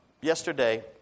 yesterday